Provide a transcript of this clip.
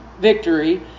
victory